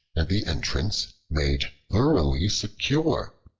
and the entrance made thoroughly secure.